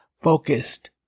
focused